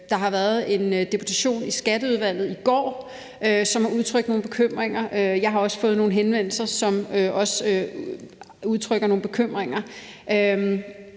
der har været en deputation i Skatteudvalget i går, som har udtrykt nogle bekymringer. Jeg har også fået nogle henvendelser, hvor man udtrykker nogle bekymringer,